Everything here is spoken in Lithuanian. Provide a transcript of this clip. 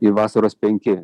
į vasaros penki